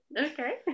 Okay